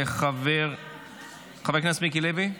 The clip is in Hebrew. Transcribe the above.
חבר הכנסת מיקי לוי,